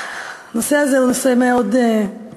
הנושא הזה הוא נושא מאוד קשה,